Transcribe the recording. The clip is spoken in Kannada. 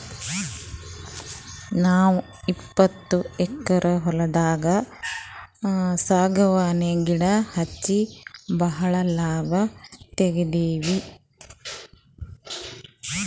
ನಾವ್ ಇಪ್ಪತ್ತು ಎಕ್ಕರ್ ಹೊಲ್ದಾಗ್ ಸಾಗವಾನಿ ಗಿಡಾ ಹಚ್ಚಿ ಭಾಳ್ ಲಾಭ ತೆಗಿತೀವಿ